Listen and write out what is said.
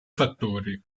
fattori